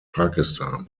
pakistan